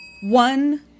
One